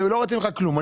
לא רוצים ממך כלום.